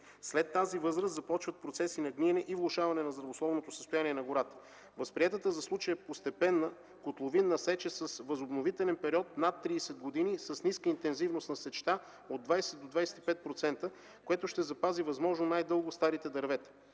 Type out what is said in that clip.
След тази възраст започват процеси на гниене и влошаване на здравословното състояние на гората. Възприетата за случая постепенна котловинна сеч е с възобновителен период над 30 години с ниска интензивност на сечта от 20 до 25%, което ще запази възможно най-дълго старите дървета.